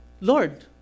Lord